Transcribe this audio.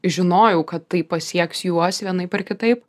žinojau kad tai pasieks juos vienaip ar kitaip